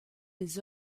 les